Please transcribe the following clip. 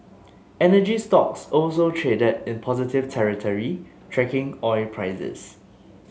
energy stocks also traded in positive territory tracking oil prices